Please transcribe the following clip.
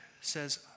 says